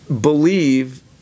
believe